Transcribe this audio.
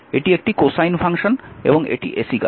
এটি একটি cosine function এবং এটি ac কারেন্ট